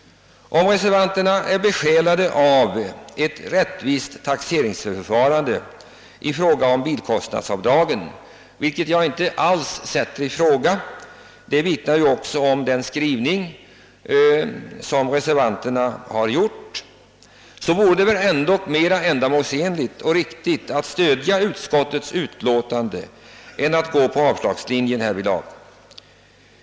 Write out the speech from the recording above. Om reservanterna är besjälade av ett rättvist taxeringsförfarande i fråga om bilkostnadsavdragen — vilket jag inte alls sätter i fråga; det vittnar ju också den skrivning om som reservanterna har gjort — så vore det ändå mera ändamålsenligt och riktigt att stödja utskottets förslag än att följa avslagslinjen härvidlag.